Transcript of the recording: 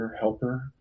helper